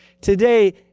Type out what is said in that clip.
Today